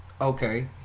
Okay